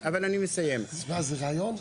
תשמע, זה רעיון.